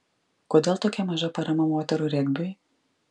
kodėl tokia maža parama moterų regbiui